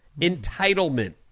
Entitlement